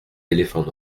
éléphants